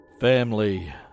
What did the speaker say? Family